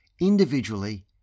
individually